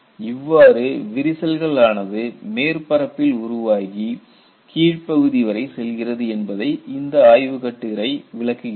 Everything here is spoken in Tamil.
இவ்வாறு விரிசல்கள் ஆனது மேற்பரப்பில் உருவாகி கீழ்ப் பகுதி வரை செல்கிறது என்பதை இந்த ஆய்வு கட்டுரை விளக்குகிறது